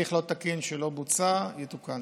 תהליך לא תקין, שלא בוצע, יתוקן.